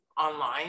online